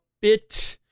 bit